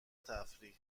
تفریح